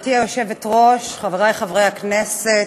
גברתי היושבת-ראש, חברי חברי הכנסת,